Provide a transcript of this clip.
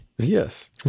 yes